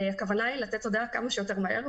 הכוונה היא לתת הודעה כמה שיותר מהר,